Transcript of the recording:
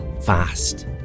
fast